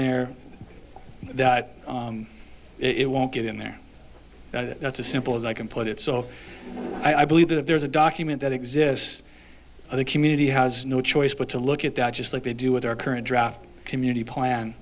there that it won't get in there that's a simple as i can put it so i believe that there is a document that exists in the community has no choice but to look at that just like they do with our current draft community plan